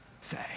say